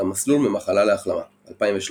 על המסלול ממחלה להחלמה, 2013